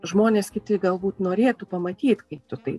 žmonės kiti galbūt norėtų pamatyt kaip tu tai